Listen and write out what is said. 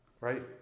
Right